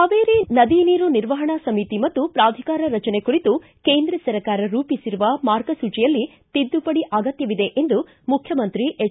ಕಾವೇರಿ ನದಿ ನೀರು ನಿರ್ವಹಣಾ ಸಮಿತಿ ಮತ್ತು ಪ್ರಾಧಿಕಾರ ರಚನೆ ಕುರಿತು ಕೇಂದ್ರ ಸರ್ಕಾರ ರೂಪಿಸಿರುವ ಮಾರ್ಗಸೂಚಿಯಲ್ಲಿ ತಿದ್ದುಪಡಿ ಅಗತ್ತವಿದೆ ಎಂದು ಮುಖ್ಕಮಂತ್ರಿ ಎಚ್